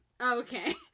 okay